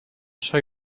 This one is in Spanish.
soy